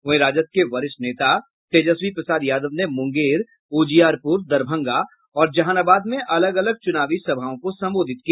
वहीं राजद के वरिष्ठ नेता तेजस्वी प्रसाद यादव ने मुंगेर उजियारपुर दरभंगा और जहानाबाद में अलग अलग च्रनावी सभाओं को संबोधित किया